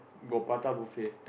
got prata buffet